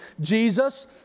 Jesus